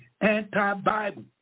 anti-Bible